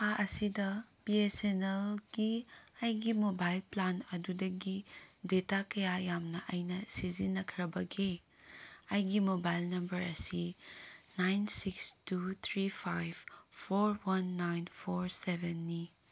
ꯊꯥ ꯑꯁꯤꯗ B S N ꯑꯦꯜꯒꯤ ꯑꯩꯒꯤ ꯃꯣꯕꯥꯏꯜ ꯄ꯭ꯂꯥꯟ ꯑꯗꯨꯗꯒꯤ ꯗꯦꯇꯥ ꯀꯌꯥ ꯌꯥꯝꯅ ꯑꯩꯅ ꯁꯤꯖꯤꯟꯅꯈ꯭ꯔꯕꯒꯦ ꯑꯩꯒꯤ ꯃꯣꯕꯥꯏꯜ ꯅꯝꯕꯔ ꯑꯁꯤ nine six two three five four one nine four ꯁꯕꯦꯟꯅꯤ